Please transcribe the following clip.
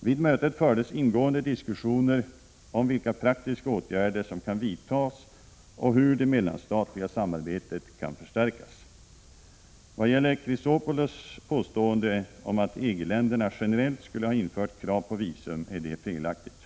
Vid mötet fördes ingående diskussioner om vilka praktiska åtgärder som kan vidtas och hur det mellanstatliga samarbetet kan förstärkas. Vad gäller Chrisopoulos påstående om att EG-länderna generellt skulle ha infört krav på visum är det felaktigt.